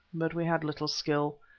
but we had little skill,